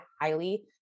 highly